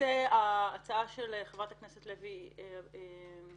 למעשה ההצעה של חברת הכנסת לוי אבקסיס